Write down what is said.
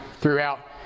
throughout